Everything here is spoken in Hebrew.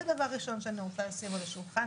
זה דבר ראשון שאני רוצה לשים על השולחן,